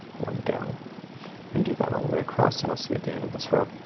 one down and do that all the way across and i'll see at the end of this row.